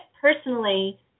personally